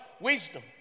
wisdom